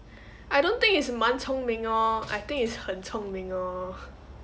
I don't think it's 蛮聪明 orh I think it's 很聪明 orh